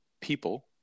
people